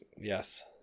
Yes